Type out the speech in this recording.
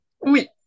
Oui